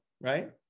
right